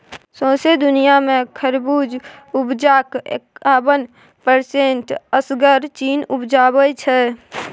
सौंसे दुनियाँ मे खरबुज उपजाक एकाबन परसेंट असगर चीन उपजाबै छै